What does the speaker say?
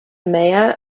mayor